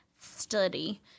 study